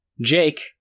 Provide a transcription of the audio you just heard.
Jake